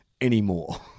anymore